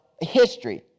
History